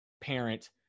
parent